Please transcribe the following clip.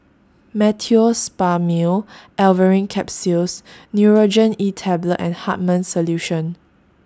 Meteospasmyl Alverine Capsules Nurogen E Tablet and Hartman's Solution